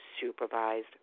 supervised